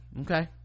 okay